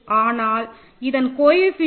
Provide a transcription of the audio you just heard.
எனவே இதன் கோஏஃபிசிஎன்ட் கண்டிப்பாக 1